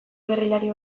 gerrillari